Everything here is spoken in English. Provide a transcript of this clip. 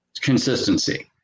consistency